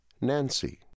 Nancy